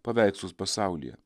paveikslus pasaulyje